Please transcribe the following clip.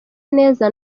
neza